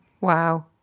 wow